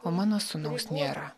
o mano sūnaus nėra